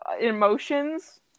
emotions